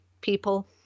people